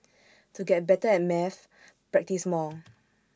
to get better at maths practise more